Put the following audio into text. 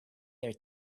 their